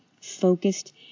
focused